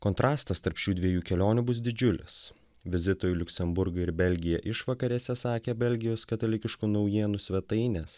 kontrastas tarp šių dviejų kelionių bus didžiulis vizito į liuksemburgą ir belgiją išvakarėse sakė belgijos katalikiškų naujienų svetainės